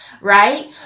right